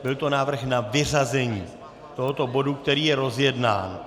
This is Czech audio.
Byl to návrh na vyřazení tohoto bodu, který je rozjednán.